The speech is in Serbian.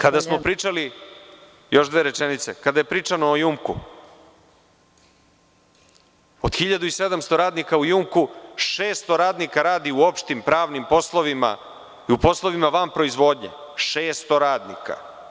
Kada je pričano, još dve rečenice, o „Jumku“, od 1700 radnika u „Jumku“ 600 radnika radi u opštim pravnim poslovima i u poslovima van proizvodnje, 600 radnika.